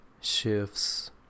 shifts